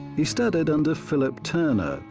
he studied under philip turnor,